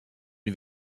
une